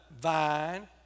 vine